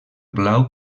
blau